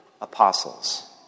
apostles